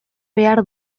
behar